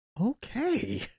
okay